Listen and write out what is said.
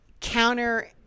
counter